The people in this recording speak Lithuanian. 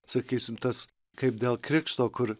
sakysim tas kaip dėl krikšto kur